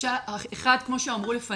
אחד, כמו שאמרו לפניי,